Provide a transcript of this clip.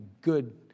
good